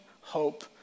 hope